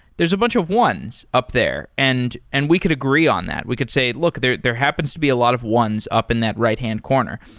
there's a bunch of ones up there. and and we could agree on that. we could say, look, there there happens to be a lot of ones up in that right-hand corner.